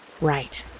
Right